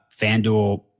FanDuel